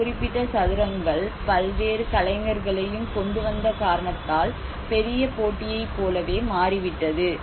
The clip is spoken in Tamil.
இந்த குறிப்பிட்ட சதுரங்கள் பல்வேறு கலைஞர்களையும் கொண்டுவந்த காரணத்தால் பெரிய போட்டியைப் போலவே மாறிவிட்டது